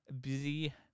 busy